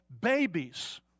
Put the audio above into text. babies